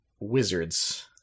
Wizards